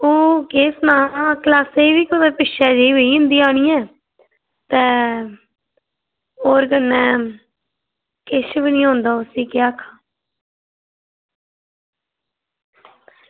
अंऊ तुसेंगी केह् सनां कि अस बी कुदै पिच्छें नेह् बेही जंदे हे आहनियै ते होर कन्नै किश बी निं होंदा उसी केह् आक्खां